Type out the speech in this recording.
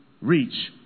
reach